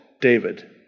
David